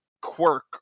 quirk